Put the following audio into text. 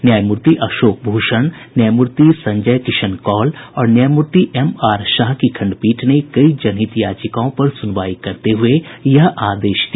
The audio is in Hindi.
न्यायमूर्ति अशोक भूषण न्यायमूर्ति संजय किशन कौल और न्यायमूर्ति एम आर शाह की खंडपीठ ने कई जनहित याचिकाओं पर सुनवाई करते हुये यह आदेश दिया